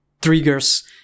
triggers